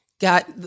got